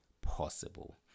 possible